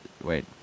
Wait